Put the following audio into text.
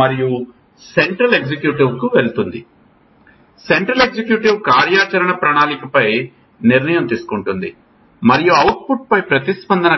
మరియు ఇది సెంట్రల్ ఎగ్జిక్యూటివ్కు వెళుతుంది సెంట్రల్ ఎగ్జిక్యూటివ్ కార్యాచరణ ప్రణాళికపై నిర్ణయం తీసుకుంటుంది మరియు అవుట్పుట్ పై ప్రతిస్పందన